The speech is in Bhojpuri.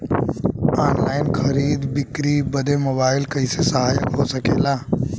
ऑनलाइन खरीद बिक्री बदे मोबाइल कइसे सहायक हो सकेला?